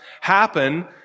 happen